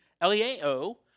L-E-A-O